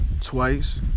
twice